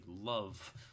love